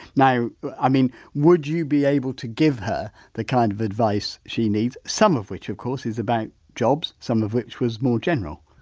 now i mean would you be able to give her the kind of advice she needs, some of which, of course, is about jobs, some of which was more general?